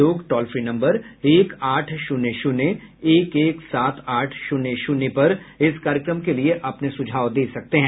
लोग toll free number एक आठ शून्य शून्य एक एक सात आठ शून्य शून्य पर इस कार्यक्रम के लिए अपने सुझाव दे सकते हैं